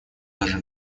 даже